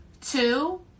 Two